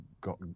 got